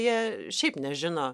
jie šiaip nežino